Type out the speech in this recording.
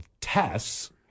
tests